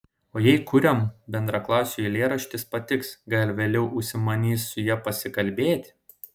o jei kuriam bendraklasiui eilėraštis patiks gal vėliau užsimanys su ja pasikalbėti